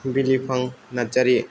Bilifang Narzary